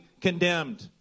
condemned